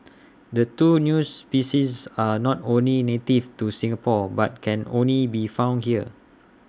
the two new species are not only native to Singapore but can only be found here